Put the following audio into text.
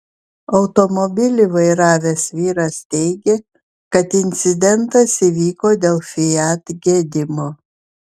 automobilį vairavęs vyras teigė kad incidentas įvyko dėl fiat gedimo